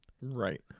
Right